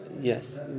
yes